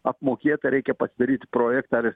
apmokėta reikia pasidaryt projektą ar